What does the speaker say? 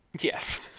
Yes